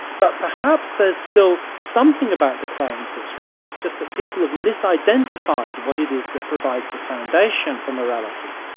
but perhaps there's still something about the claims that's right, it's just that people have misidentified what it is that provides the foundation for morality.